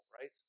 right